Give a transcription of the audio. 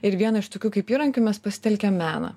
ir vieną iš tokių kaip įrankių mes pasitelkėm meną